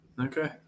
Okay